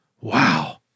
Wow